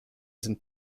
sind